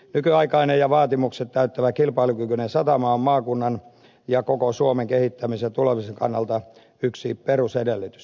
nykyaikainen ja vaatimukset täyttävä kilpailukykyinen satama on maakunnan ja koko suomen kehittämisen ja tulevaisuuden kannalta yksi perusedellytys